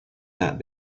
that